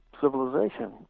civilization